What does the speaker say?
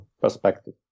perspective